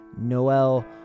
Noel